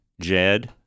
Jed